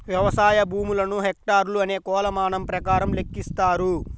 వ్యవసాయ భూములను హెక్టార్లు అనే కొలమానం ప్రకారం లెక్కిస్తారు